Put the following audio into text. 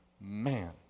Man